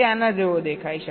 તો આપણે તે કેવી રીતે કરીએ